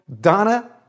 Donna